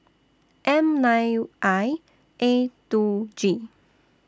M nine I A two G